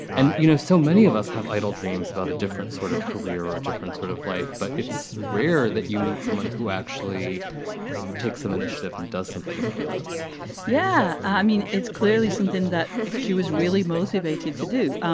and, you know, so many of us have idle dreams about a different sort of career or a different sort of life. but it's rare that you meet someone who actually takes some initiative and does something about that yeah, i mean, it's clearly something that she was really motivated to do.